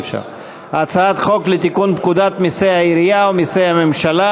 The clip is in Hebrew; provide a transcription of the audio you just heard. הצעת חוק לתיקון פקודת מסי העירייה ומסי הממשלה